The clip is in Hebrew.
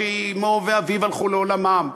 כשאמו ואביו הלכו לעולמם,